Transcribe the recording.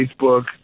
Facebook